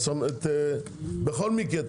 בכל מקרה,